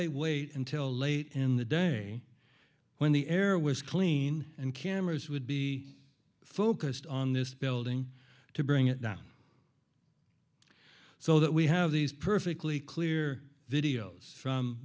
they wait until late in the day when the air was clean and cameras would be focused on this building to bring it down so that we have these perfectly clear videos from